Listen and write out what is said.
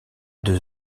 deux